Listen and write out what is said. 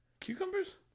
cucumbers